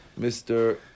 Mr